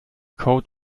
code